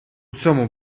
цьому